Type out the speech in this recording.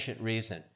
reason